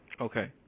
Okay